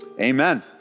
amen